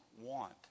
want